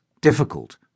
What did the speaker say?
difficult